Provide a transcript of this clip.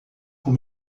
com